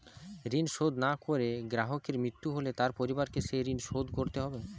ঋণ শোধ না করে গ্রাহকের মৃত্যু হলে তার পরিবারকে সেই ঋণ শোধ করতে হবে?